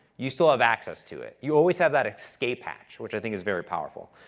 you still have access to it. you always have that escape hatch, which i think is very powerful.